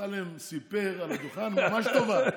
שאמסלם סיפר על הדוכן ממש טובה.